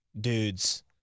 dudes